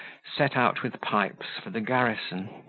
set out with pipes for the garrison.